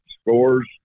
scores